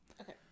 okay